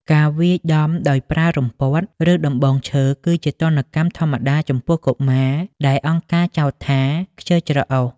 ការវាយដំដោយប្រើរំពាត់ ឬដំបងឈើ គឺជាទណ្ឌកម្មធម្មតាចំពោះកុមារដែលអង្គការចោទថា «ខ្ជិលច្រអូស»។